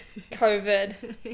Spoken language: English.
COVID